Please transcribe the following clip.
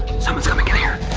someone's coming in here.